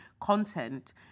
content